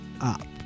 up